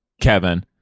Kevin